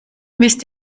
wisst